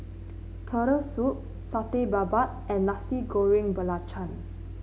Turtle Soup Satay Babat and Nasi Goreng Belacan